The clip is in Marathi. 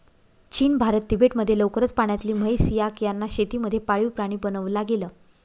चीन, भारत, तिबेट मध्ये लवकरच पाण्यातली म्हैस, याक यांना शेती मध्ये पाळीव प्राणी बनवला गेल